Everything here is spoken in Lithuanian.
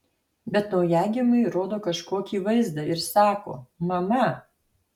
bet naujagimiui rodo kažkokį vaizdą ir sako mama